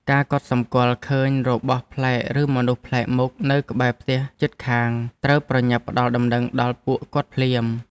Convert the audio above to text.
ការកត់សម្គាល់ឃើញរបស់ប្លែកឬមនុស្សប្លែកមុខនៅក្បែរផ្ទះជិតខាងត្រូវប្រញាប់ផ្ដល់ដំណឹងដល់ពួកគាត់ភ្លាម។